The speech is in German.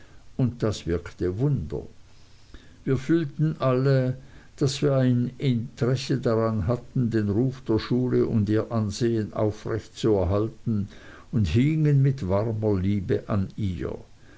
und das wirkte wunder wir fühlten alle daß wir ein interesse daran hatten den ruf der schule und ihr ansehen aufrecht zu erhalten und hingen mit warmer liebe an ihr